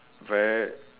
very